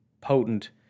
potent